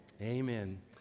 Amen